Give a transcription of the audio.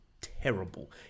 terrible